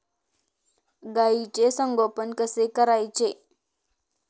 गाईचे संगोपन कसे करायचे?